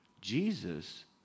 Jesus